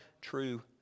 true